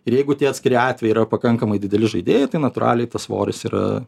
ir jeigu tie atskiri atvejai yra pakankamai dideli žaidėjai tai natūraliai tas svoris yra